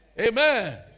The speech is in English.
Amen